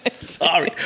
sorry